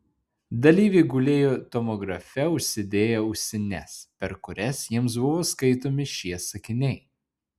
dalyviai gulėjo tomografe užsidėję ausines per kurias jiems buvo skaitomi šie sakiniai